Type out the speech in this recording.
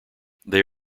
they